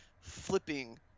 flipping